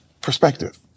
Perspective